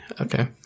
Okay